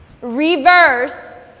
reverse